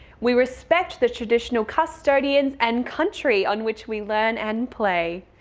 we respect the traditional custodians and country on which we learn and play.